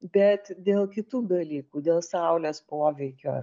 bet dėl kitų dalykų dėl saulės poveikio